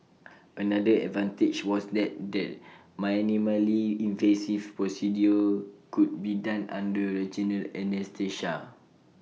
another advantage was that the minimally invasive procedure could be done under regional anaesthesia